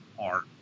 art